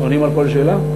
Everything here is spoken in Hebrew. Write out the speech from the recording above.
עונים על כל שאלה?